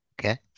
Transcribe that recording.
Okay